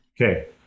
Okay